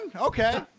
Okay